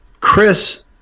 Chris